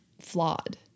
flawed